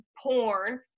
porn